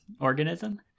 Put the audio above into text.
organism